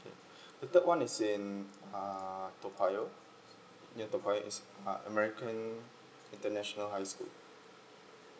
okay the third one is in uh toa payoh near toa payoh is uh american international high school